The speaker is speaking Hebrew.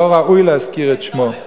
לא ראוי להזכיר את שמו.